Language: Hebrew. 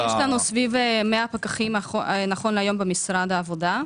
יש לנו כ-100 פקחים נכון להיום במשרד העבודה.